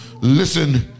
Listen